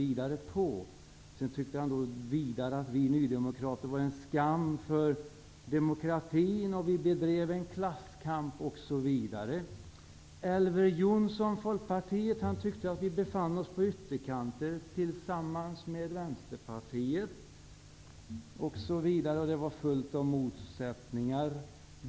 Hans Andersson tyckte vidare att vi nydemokrater är en skam för demokratin, att vi bedriver klasskamp osv. Elver Jonsson tyckte att vi tillsammans med Vänsterpartiet befann oss i politikens ytterkanter osv. Det handlade mycket om motsättningar.